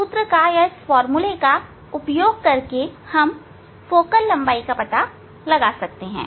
अब इस सूत्र का उपयोग करके हम फोकल लंबाई का पता लगा सकते हैं